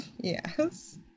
Yes